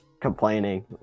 complaining